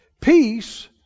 Peace